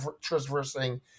traversing